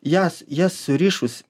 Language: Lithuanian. jas jas surišus